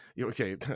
Okay